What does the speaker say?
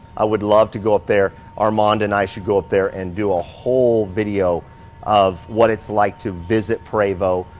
i would love to go up there armand and i should go up there and do a whole video of what it's like to visit prevo.